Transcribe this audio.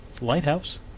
lighthouse